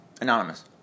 Anonymous